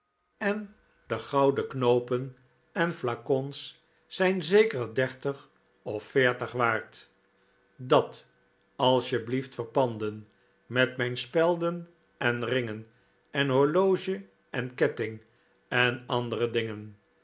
en de gouden knoopen en flacons zijn zeker dertig of veertig waard dat alsjeblieft verpanden met mijn spelden en ringen en horloge en ketting en andere dingen